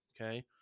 Okay